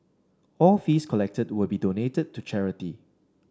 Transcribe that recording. all fees collected will be donated to charity